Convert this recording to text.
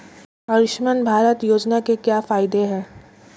आयुष्मान भारत योजना के क्या फायदे हैं?